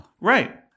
Right